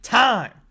time